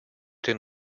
den